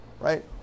right